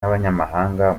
n’abanyamahanga